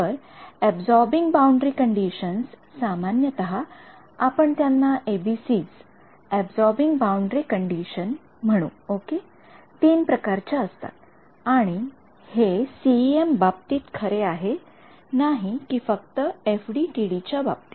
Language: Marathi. तर अबसॉरबिंग बाउंडरी कंडिशन्स सामान्यतः आपण त्यांना एबीसीज अबसॉरबिंग बाउंडरी कंडिशन म्हणू ओके तीन प्रकारच्या असतात आणि हे सीइएम बाबतीत खरे आहे नाही कि फक्त एफडीटीडी च्या बाबतीत